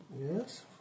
Yes